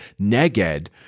neged